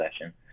session